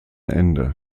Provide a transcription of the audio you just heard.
ende